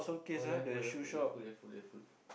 oh Leftfoot Leftfoot Leftfoot Leftfoot Leftfoot